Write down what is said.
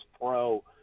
pro